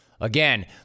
Again